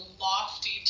lofty